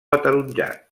ataronjat